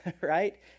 right